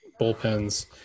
bullpens